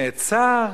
נעצר.